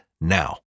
now